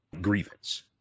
grievance